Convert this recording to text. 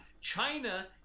China